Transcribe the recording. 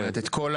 כלומר, את כל